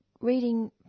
reading